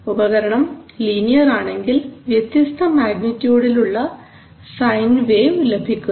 ഉപകരണം ലീനിയർ ആണെങ്കിൽ വ്യത്യസ്ത മാഗ്നിറ്റ്യൂഡിൽ ഉള്ള സൈൻ വേവ് ലഭിക്കുന്നു